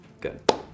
Good